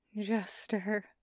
Jester